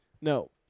No